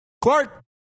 Clark